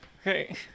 okay